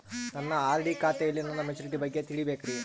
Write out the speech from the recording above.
ನನ್ನ ಆರ್.ಡಿ ಖಾತೆಯಲ್ಲಿ ನನ್ನ ಮೆಚುರಿಟಿ ಬಗ್ಗೆ ತಿಳಿಬೇಕ್ರಿ